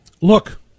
Look